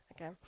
Okay